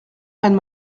reine